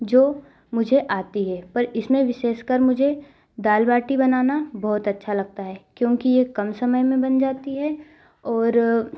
जो मुझे आती है पर इसमें विशेषकर मुझे दाल बाटी बनाना बहुत अच्छा लगता है क्योंकि यह कम समय में बन जाती है और